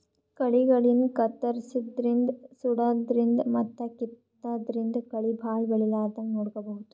ಕಳಿಗಳಿಗ್ ಕತ್ತರ್ಸದಿನ್ದ್ ಸುಡಾದ್ರಿನ್ದ್ ಮತ್ತ್ ಕಿತ್ತಾದ್ರಿನ್ದ್ ಕಳಿ ಭಾಳ್ ಬೆಳಿಲಾರದಂಗ್ ನೋಡ್ಕೊಬಹುದ್